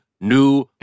new